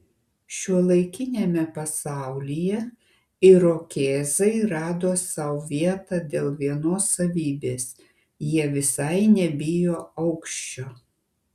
šiuolaikiniame pasaulyje irokėzai rado sau vietą dėl vienos savybės jie visai nebijo aukščio